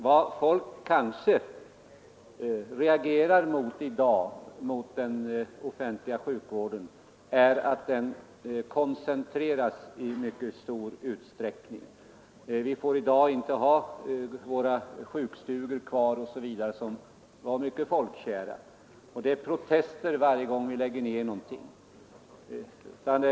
Vad folk kanske reagerar mot i dag när det gäller den offentliga sjukvården är att den koncentreras i mycket stor utsträckning. Vi får inte ha kvar våra sjukstugor osv. som var mycket folkkära, och det är protester varje gång vi lägger ner någonting på detta område.